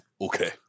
okay